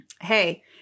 Hey